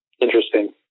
Interesting